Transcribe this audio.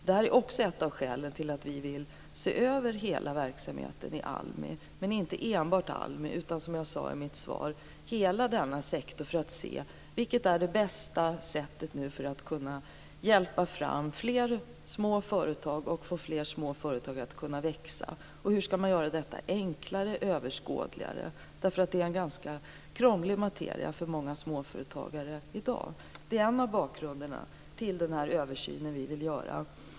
Det är också ett av skälen till att vi vill se över hela verksamheten i ALMI - dock inte enbart ALMI utan, som jag sade i mitt svar, hela denna sektor - för att se vilket som är det bästa sättet att hjälpa fram fler små företag och få fler små företag att kunna växa samt hur man skall göra detta enklare och överskådligare. Detta är nämligen en ganska krånglig materia för många småföretagare i dag. Det är en av bakgrunderna till den översyn vi vill göra.